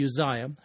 Uzziah